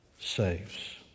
saves